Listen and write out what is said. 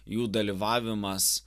jų dalyvavimas